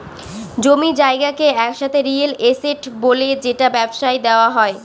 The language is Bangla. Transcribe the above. জমি জায়গাকে একসাথে রিয়েল এস্টেট বলে যেটা ব্যবসায় দেওয়া হয়